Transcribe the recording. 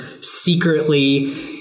Secretly